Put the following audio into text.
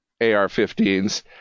AR-15s